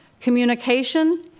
communication